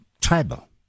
tribal